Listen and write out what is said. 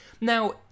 Now